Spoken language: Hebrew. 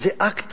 זה אקט